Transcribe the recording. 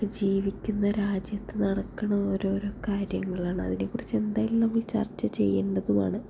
ജീവിക്കുന്ന രാജ്യത്ത് നടക്കുന്ന ഓരോരോ കാര്യങ്ങളാണ് അതിനെക്കുറിച്ച് എന്തായാലും നമ്മൾ ചർച്ച ചെയ്യേണ്ടതുമാണ്